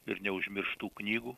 ir neužmirštų knygų